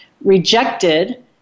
rejected